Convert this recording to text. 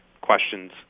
questions